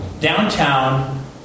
downtown